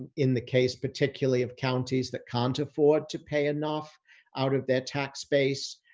in the case, particularly of counties that can't afford to pay enough out of their tax base,